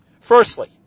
Firstly